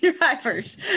drivers